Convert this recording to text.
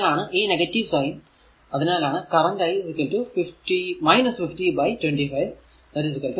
അതിനാലാണ് ഈ negative sign അതിനാലാണ് കറന്റ് i 50 ബൈ 25 2 ആമ്പിയർ ആയതു